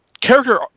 character